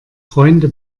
freunde